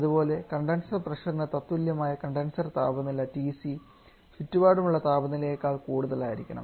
അതുപോലെ കണ്ടൻസർ പ്രഷറിന് തത്തുല്യമായ കണ്ടൻസർ താപനില TC ചുറ്റുപാടുമുള്ള താപനിലയെക്കാൾ കൂടുതലായിരിക്കണം